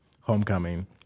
homecoming